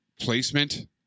placement